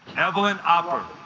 evelyn our